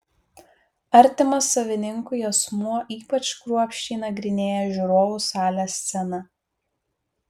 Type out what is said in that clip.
artimas savininkui asmuo ypač kruopščiai nagrinėja žiūrovų salės sceną